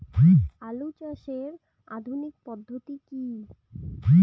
আলু চাষের আধুনিক পদ্ধতি কি?